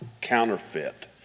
counterfeit